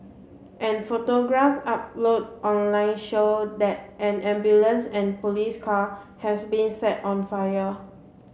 and photographs upload online show that an ambulance and police car has been set on fire